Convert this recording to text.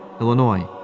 Illinois